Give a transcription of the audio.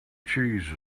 cheese